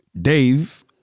Dave